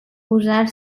usar